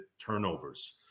turnovers